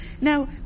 Now